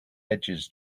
edges